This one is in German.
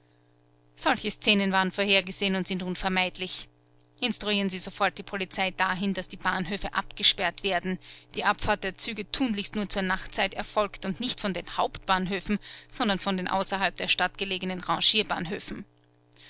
solche szenen waren vorhergesehen und sind unvermeidlich instruieren sie sofort die polizei dahin daß die bahnhöfe abgesperrt werden die abfahrt der züge tunlichst nur zur nachtzeit erfolgt und nicht von den hauptbahnhöfen sondern von den außerhalb der stadt gelegenen rangierbahnhöfen